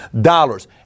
dollars